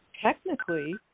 technically